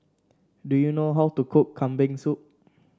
do you know how to cook Kambing Soup